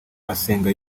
asenga